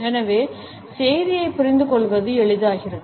எனவே செய்தியைப் புரிந்துகொள்வது எளிதாகிறது